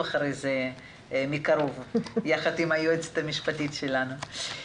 אחרי זה מקרוב ביחד עם היועצת המשפטית שלנו.